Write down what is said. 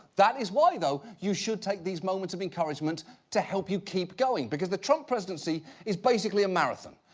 that is why, though, you should take these moments of encouragement to help you keep going. because the trump presidency is basically a marathon.